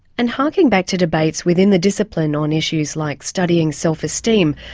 and harking back to debates within the discipline on issues like studying self-esteem,